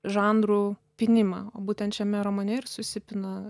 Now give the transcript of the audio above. žanrų pynimą būtent šiame romane ir susipina